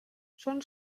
són